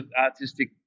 artistic